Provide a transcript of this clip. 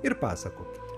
ir pasakokite